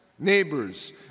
neighbors